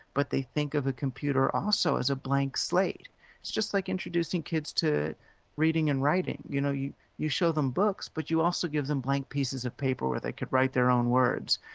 but they think of a computer also as a blank slate. it's just like introducing kids to reading and writing, you know, you you show them books, but you also give them blank pieces of paper where they could write their own words.